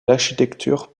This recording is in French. l’architecture